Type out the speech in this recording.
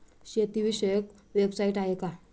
शेतीविषयक वेबसाइट आहे का?